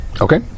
Okay